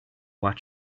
what